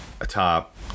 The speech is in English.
atop